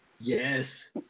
Yes